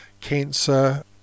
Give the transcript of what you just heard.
cancer